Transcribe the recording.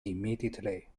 immediately